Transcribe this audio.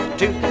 two